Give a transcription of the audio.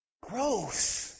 Gross